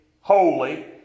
holy